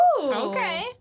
Okay